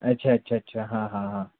अच्छा अच्छा अच्छा हाँ हाँ हाँ